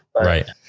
Right